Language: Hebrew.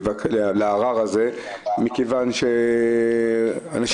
אבל מעבר לזה צריך להתאמץ ולתת עזרה וסיוע לפני שאנחנו מכניסים אנשים